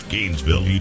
Gainesville